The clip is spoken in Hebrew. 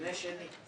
מבנה שני.